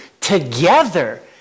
together